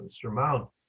surmount